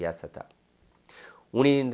yet at that when